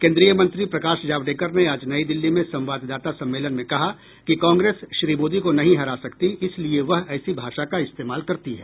केन्द्रीय मंत्री प्रकाश जावडेकर ने आज नई दिल्ली में संवाददाता सम्मेलन में कहा कि कांग्रेस श्री मोदी को नहीं हरा सकती इसलिए वह ऐसी भाषा का इस्तेमाल करती है